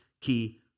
key